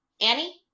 Annie